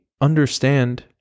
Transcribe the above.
understand